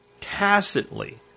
tacitly